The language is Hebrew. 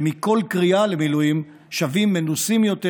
שמכל קריאה למילואים שבים מנוסים יותר